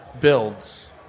builds